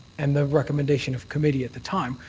and the recommendation of committee at the time,